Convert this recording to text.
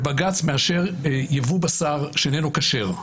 בג"ץ מאשר יבוא בשר שאיננו כשר.